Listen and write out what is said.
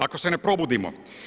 Ako se ne probudimo.